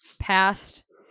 past